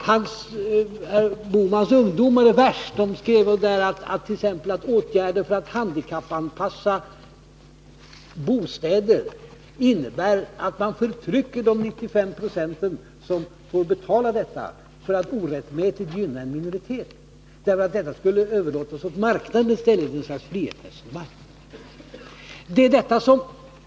Herr Bohmans ungdomar är värst. De skriver t.ex. att åtgärder för att handikappanpassa bostäder innebär att man förtrycker de 95 96 som får betala detta, för att orättmätigt gynna en minoritet — detta skulle överlåtas åt marknaden i stället, i något slags frihetsresonemang.